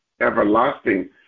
everlasting